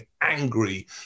angry